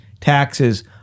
taxes